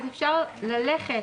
אפשר ללכת